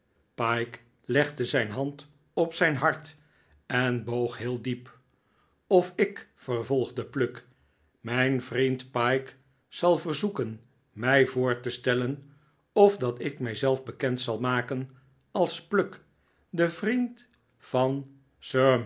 pyke legde zijn hand op zijn hart en boog heel diep of ik vervolgde pluck mijn vriend pyke zal verzoeken mij voor te stellen of dat ik mij zelf bekend zal maken als pluck den vriend van